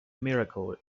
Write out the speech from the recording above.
miracle